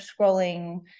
scrolling